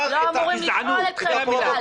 לא אמורים לשאול אתכם בכלל.